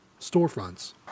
storefronts